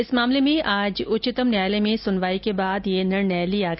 इस मामले में आज उच्चतम न्यायालय में सुनवाई के बाद यह निर्णय लिया गया